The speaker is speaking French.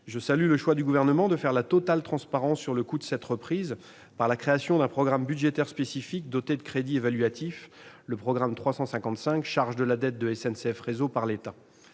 je salue le choix du Gouvernement d'une totale transparence sur le coût de cette reprise et de la création d'un programme budgétaire spécifique doté de crédits évaluatifs, le programme 355, « Charge de la dette de SNCF Réseau reprise par l'État